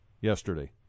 yesterday